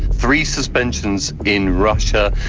three suspensions in russia,